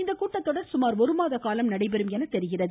இந்த கூட்டத்தொடர் சுமார் ஒருமாத காலம் நடைபெறும் என தெரிகிறது